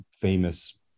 famous